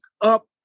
up